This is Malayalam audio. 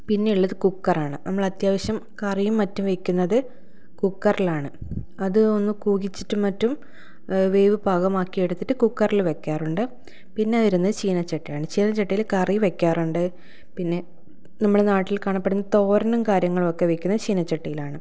പിന്നെ ഉള്ളത് കുക്കറാണ് നമ്മൾ അത്യാവശ്യം കറിയും മറ്റും വെക്കുന്നത് കുക്കറിലാണ് അത് ഒന്ന് കൂകിച്ചിട്ടും മറ്റും വേവ് പാകമാക്കി എടുത്തിട്ട് കുക്കറിൽ വെക്കാറുണ്ട് പിന്നെ വരുന്നത് ചീനച്ചട്ടിയാണ് ചീനച്ചട്ടിയിൽ കറി വെക്കാറുണ്ട് പിന്നെ നമ്മളെ നാട്ടിൽ കാണപ്പടുന്ന തോരനും കാര്യങ്ങളൊക്കെ വെക്കുന്നത് ചീനച്ചട്ടിയിലാണ്